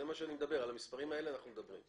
זה מה שאני מדבר, על המספרים האלה אנחנו מדברים.